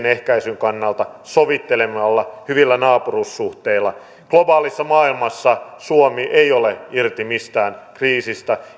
ehkäisyn kannalta sovittelemalla hyvillä naapuruussuhteilla globaalissa maailmassa suomi ei ole irti mistään kriisistä